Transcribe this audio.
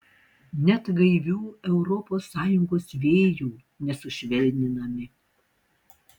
net gaivių europos sąjungos vėjų nesušvelninami